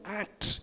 act